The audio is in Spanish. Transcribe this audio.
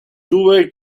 tuve